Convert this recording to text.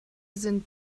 sind